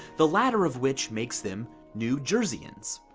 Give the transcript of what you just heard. the latter of which makes them new jerseyans.